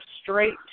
straight